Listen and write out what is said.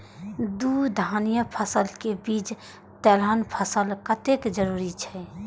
दू धान्य फसल के बीच तेलहन फसल कतेक जरूरी छे?